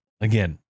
again